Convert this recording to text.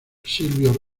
silvio